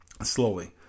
slowly